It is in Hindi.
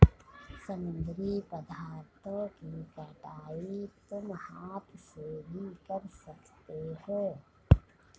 समुद्री पदार्थों की कटाई तुम हाथ से भी कर सकते हो